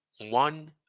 one